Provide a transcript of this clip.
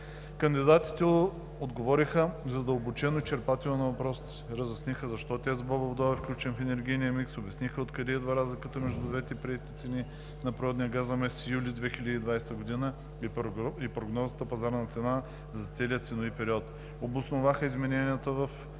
Кандидатите отговориха задълбочено и изчерпателно на въпросите. Разясниха защо ТЕЦ „Бобов дол“ е включен в енергийния микс, обясниха откъде идва разликата между двете приети цени на природния газ за месец юли 2020 г. и прогнозната пазарна цена за целия ценови период. Обосноваха измененията в